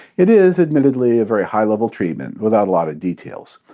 it is admittedly a very high-level treatment, without a lot of details.